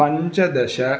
पञ्चदश